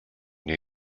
new